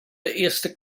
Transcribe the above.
eerste